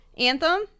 anthem